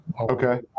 Okay